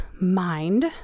mind